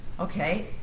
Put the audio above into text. Okay